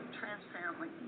transparently